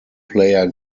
player